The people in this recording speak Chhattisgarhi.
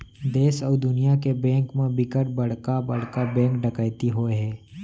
देस अउ दुनिया के बेंक म बिकट बड़का बड़का बेंक डकैती होए हे